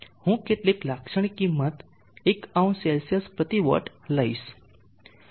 હું કેટલીક લાક્ષણિક કિંમત 10CW લઈશ